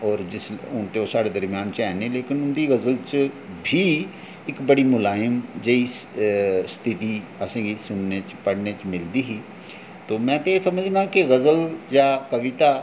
हून ओह् साढ़े दरम्यान ते हैन निं पर उंदियां जेह्ड़ियां गज़लां न ओह् बड़ी मुलायम जेही स्थिति असेंगी सुनने पढ़ने च मिलदी ही में ते एह् समझना कि गज़ल जां कविता